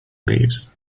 leaves